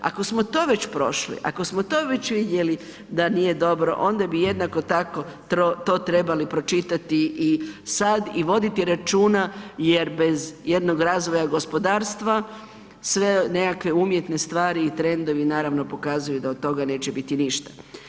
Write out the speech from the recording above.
Ako smo to već prošli, ako smo to već vidjeli da nije dobro onda bi jednako tako to trebali pročitati sada i voditi računa jer bez jednog razvoja gospodarstva sve nekakve umjetne stvari i trendovi pokazuju da od toga neće biti ništa.